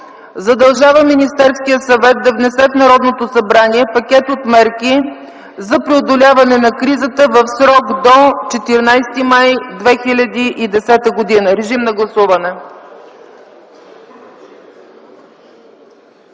Задължава Министерския съвет да внесе в Народното събрание пакет от мерки за преодоляване на кризата в срок до 14 май 2010 г.” Моля, гласувайте.